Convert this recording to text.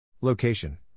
location